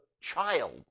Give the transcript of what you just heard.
child